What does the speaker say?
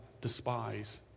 despise